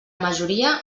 majoria